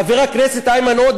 חבר הכנסת איימן עודה,